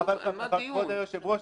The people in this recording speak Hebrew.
כבוד היושב-ראש,